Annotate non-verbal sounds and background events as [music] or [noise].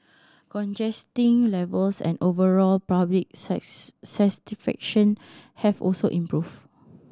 [unintelligible] levels and overall public [unintelligible] satisfaction have also improved